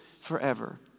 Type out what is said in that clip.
forever